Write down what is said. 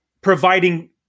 providing